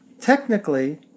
Technically